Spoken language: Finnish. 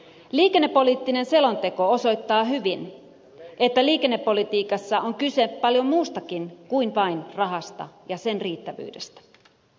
liikennepoliittinen selonteko osoittaa hyvin että liikennepolitiikassa on kyse paljon muustakin kuin vain rahasta ja sen riittävyydestä